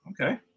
Okay